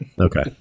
Okay